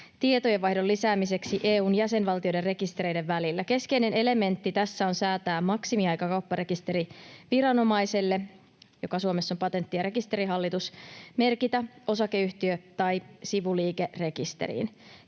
tietojenvaihdon lisäämiseksi EU:n jäsenvaltioiden rekistereiden välillä. Keskeinen elementti tässä on säätää maksimiaika kaupparekisteriviranomaiselle, joka Suomessa on Patentti- ja rekisterihallitus, merkitä osakeyhtiö tai sivuliike rekisteriin.